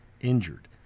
injured